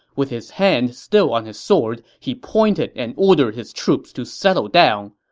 with his hand still on his sword, he pointed and ordered his troops to settle down,